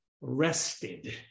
rested